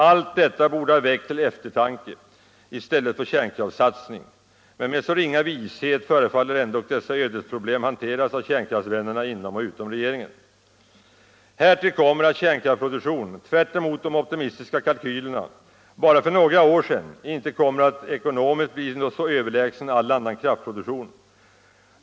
Allt detta borde ha väckt till eftertanke i stället för kärnkraftssatsning, men med så ringa vishet förefaller ändock dessa ödesproblem hanteras av kärnkraftsvännerna inom och utom regeringen. Härtill kommer att kärnkraftsproduktion, tvärtemot de optimistiska kalkylerna bara för några år sedan, inte kommer att ekonomiskt bli så överlägsen all annan kraftproduktion.